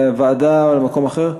לוועדה או למקום אחר?